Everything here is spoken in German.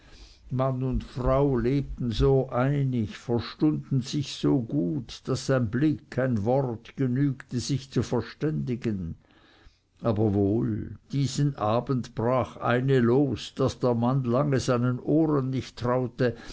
mann und frau lebten so einig verstunden sich so gut daß ein blick ein wort genügte sich zu verständigen aber wohl diesen abend brach eine los daß der mann lange seinen ohren nicht traute